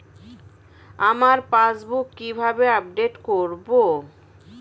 আমার পাসবুক কিভাবে আপডেট করবো?